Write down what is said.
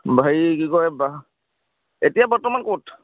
হেৰি কি কয় ব এতিয়া বৰ্তমান ক'ত